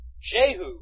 Jehu